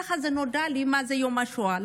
כך נודע לי מה זה יום השואה.